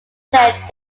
pledged